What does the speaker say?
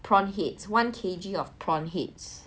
prawn heads one K_G of prawn heads